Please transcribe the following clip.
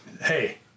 Hey